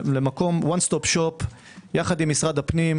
וואן סטופ שופ יחד עם משרד הפנים,